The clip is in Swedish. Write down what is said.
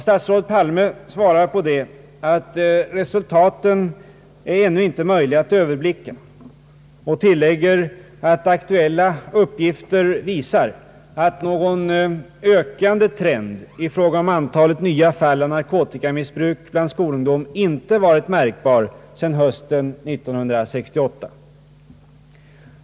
Statsrådet Palme svarar på detta att resultaten ännu inte är möjliga att överblicka och tillägger att aktuella uppgifter visar att någon trend uppåt i fråga om antalet nya fall av narkotikamissbruk bland skolungdom inte varit märkbar sedan hösten 1968.